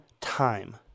time